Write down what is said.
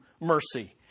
mercy